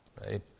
right